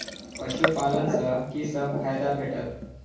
पशु पालन सँ कि सब फायदा भेटत?